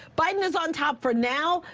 biden is on top for now,